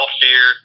fear